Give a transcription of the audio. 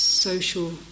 social